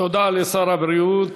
תודה לשר הבריאות.